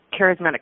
charismatic